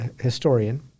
historian